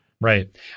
Right